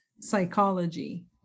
psychology